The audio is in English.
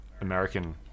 american